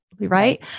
Right